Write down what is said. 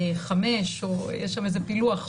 יש שם איזה פילוח,